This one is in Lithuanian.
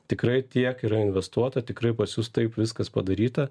tikrai tiek yra investuota tikrai pas jus taip viskas padaryta